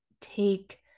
take